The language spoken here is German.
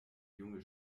junge